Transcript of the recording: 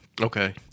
Okay